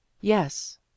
Yes